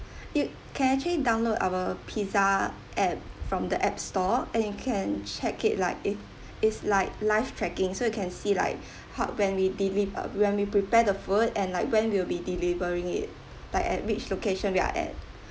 you can actually download our pizza app from the app store and you can check it like it is like live tracking so you can see like hot when we deli~ up when we prepare the food and like when we'll be delivering it but at which location we are at